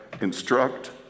instruct